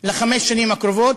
לחמש השנים הקרובות,